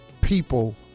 people